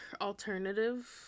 Alternative